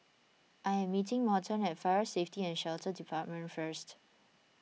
I am meeting Morton at Fire Safety and Shelter Department first